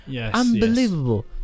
unbelievable